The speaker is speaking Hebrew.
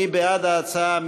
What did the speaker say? מי בעד ההצעה?